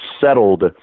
settled